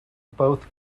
both